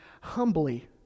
humbly